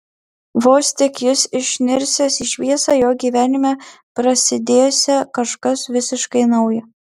vos tik jis išnirsiąs į šviesą jo gyvenime prasidėsią kažkas visiškai nauja